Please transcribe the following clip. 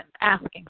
asking